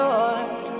Lord